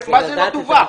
מה זה מדווח?